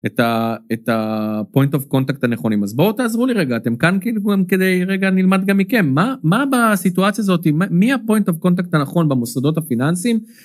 את הפוינט אוף קונטקט הנכונים אז בואו תעזרו לי רגע אתם כאן כדי רגע נלמד גם מכם מה בסיטואציה הזאת מי הפוינט אוף קונטקט הנכון במוסדות הפיננסים.